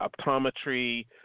optometry